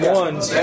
ones